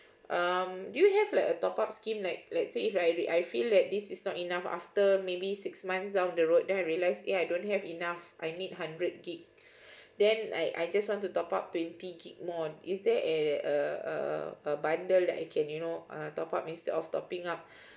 um do you have like a top up scheme like let's say if I I feel that this is not enough after maybe six months down the road then I realized eh I don't have enough I need hundred git then I I just want to top up twenty git more is there a a a a bundle that I can you know uh top up instead of topping up